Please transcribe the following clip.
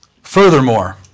Furthermore